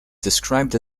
described